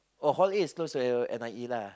oh hor is close to N_I_E lah